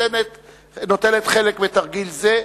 נוטלת חלק בתרגיל זה.